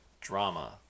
drama